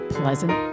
pleasant